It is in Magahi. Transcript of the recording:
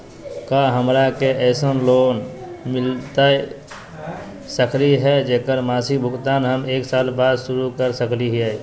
का हमरा के ऐसन लोन मिलता सकली है, जेकर मासिक भुगतान हम एक साल बाद शुरू कर सकली हई?